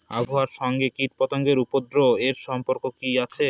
আবহাওয়ার সঙ্গে কীটপতঙ্গের উপদ্রব এর সম্পর্ক কি আছে?